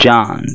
John